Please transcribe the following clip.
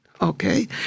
Okay